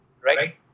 right